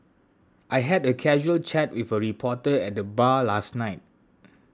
I had a casual chat with a reporter at the bar last night